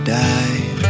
die